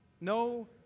no